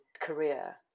career